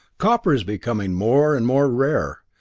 copper is becoming more and more rare.